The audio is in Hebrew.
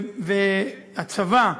והצבא,